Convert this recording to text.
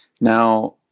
Now